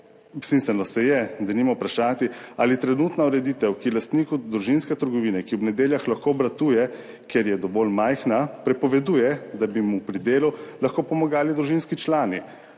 se je denimo vprašati, ali trenutna ureditev, ki lastniku družinske trgovine, ki ob nedeljah lahko obratuje, ker je dovolj majhna, prepoveduje, da bi mu pri delu lahko pomagali družinski člani,